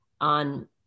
on